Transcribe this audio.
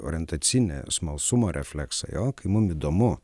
orientacinį smalsumo refleksą jo kai mum įdomu